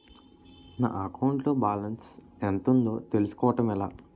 నా అకౌంట్ లో బాలన్స్ ఎంత ఉందో తెలుసుకోవటం ఎలా?